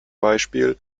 beispiel